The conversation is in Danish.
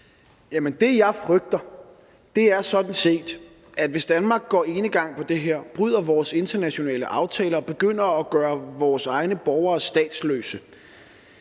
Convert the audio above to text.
det, jeg frygter, er sådan set, at hvis Danmark går enegang på det her område, altså bryder vores internationale aftaler og begynder at gøre vores egne borgere statsløse,